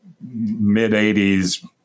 mid-80s